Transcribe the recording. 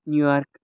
New York